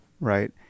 right